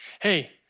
Hey